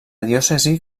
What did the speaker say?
diòcesi